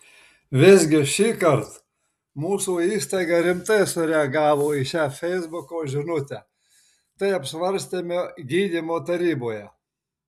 visgi šįkart mūsų įstaiga rimtai sureagavo į šią feisbuko žinutę tai apsvarstėme gydymo taryboje